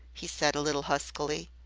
he said a little huskily.